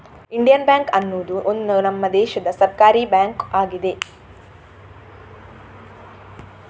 Indian bank ಅನ್ನುದು ಒಂದು ನಮ್ಮ ದೇಶದ ಸರ್ಕಾರೀ ಬ್ಯಾಂಕು ಆಗಿದೆ